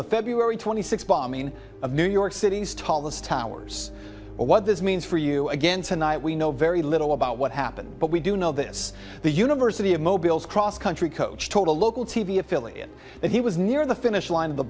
the february twenty sixth bombing of new york city's tallest towers what this means for you again tonight we know very little about what happened but we do know this the university of mobiles cross country coach told a local t v affiliate that he was near the finish line